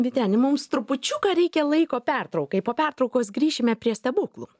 vyteni mums trupučiuką reikia laiko pertraukai po pertraukos grįšime prie stebuklų